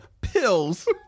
pills